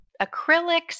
Acrylics